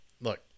Look